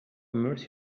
immerse